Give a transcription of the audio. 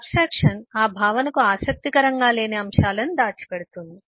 abstraction ఆ భావనకు ఆసక్తికరంగా లేని అంశాలను దాచిపెడుతుంది